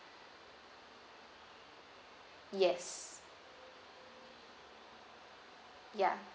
yes ya